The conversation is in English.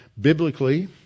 Biblically